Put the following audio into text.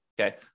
okay